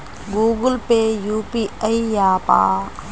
Google Pay UPI య్యాపా?